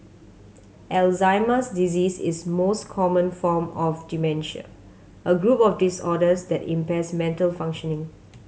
Alzheimer's disease is most common form of dementia a group of disorders that impairs mental functioning